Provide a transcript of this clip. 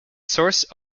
source